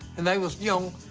and they was, you know,